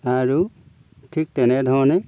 আৰু ঠিক তেনেধৰণে